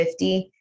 50